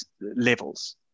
levels